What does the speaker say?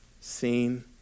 seen